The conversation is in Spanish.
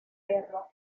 perro